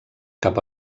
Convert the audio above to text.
cap